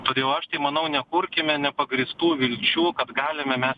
todėl aš tai manau nekurkime nepagrįstų vilčių kad galime mes